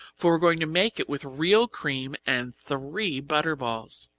for we're going to make it with real cream and three butter balls.